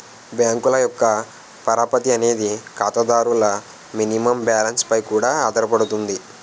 బ్యాంకుల యొక్క పరపతి అనేది ఖాతాదారుల మినిమం బ్యాలెన్స్ పై కూడా ఆధారపడుతుంది